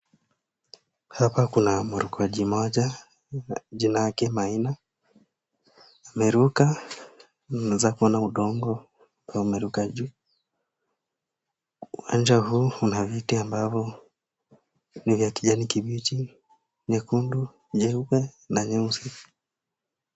Hapa kuna mrukaji mmoja, jina yake Maina, ameruka, unaeza kuona udongo umeruka juu. Uwanja huu una viti ambavyo ni vya kijani kibichi, nyekundu, nyeupe, na nyeusi.